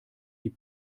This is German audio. die